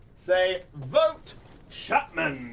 say vote chapman.